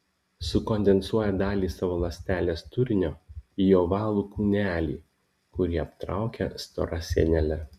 sukondensuoja dalį savo ląstelės turinio į ovalų kūnelį kurį aptraukia stora sienele